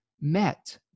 met